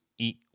Eat